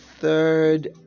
third